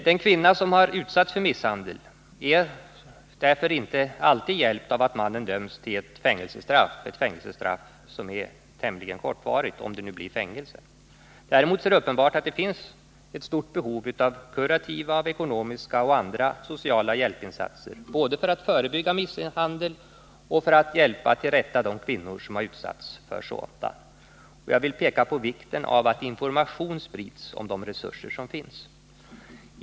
Den kvinna som har utsatts för misshandel är därför inte alltid hjälpt av att mannen döms till ett fängelsestraff — ett fängelsestraff som kanske är tämligen kortvarigt. Däremot är det uppenbart att det finns ett stort behov av kurativa, ekonomiska och andra sociala hjälpinsatser både för att förebygga misshandel och för att hjälpa till rätta de kvinnor som har utsatts för sådan. Jag vill peka på vikten av att information sprids om de resurser som finns.